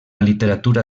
literatura